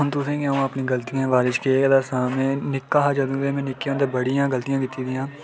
अं'ऊ तुसेंगी अपनियें गलतियें दे बारै च केह् दस्सां में निक्का हा जदूं ते निक्के होंदे बड़ियां गलतियां कीती दियां ते